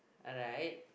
alright